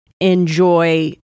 enjoy